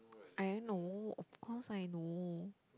I don't know of course I know